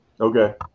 Okay